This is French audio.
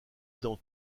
dans